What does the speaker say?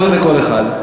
חמש דקות לכל אחד.